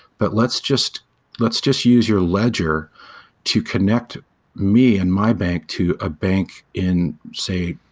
but let's just let's just use your ledger to connect me and my bank to ah bank in, say,